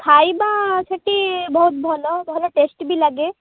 ଖାଇବା ସେଠି ବହୁତ ଭଲ ଭଲ ଟେଷ୍ଟି ବି ଲାଗେ